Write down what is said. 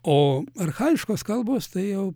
o archajiškos kalbos tai jau